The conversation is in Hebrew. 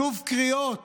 שוב קריאות